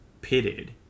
Pitted